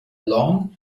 long